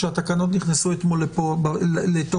כשהתקנות נכנסו אתמול לתוקף.